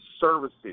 Services